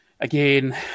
again